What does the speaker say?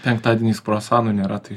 penktadieniais kruasanų nėra tai